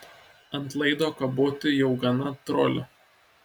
ant laido kaboti jau gana troli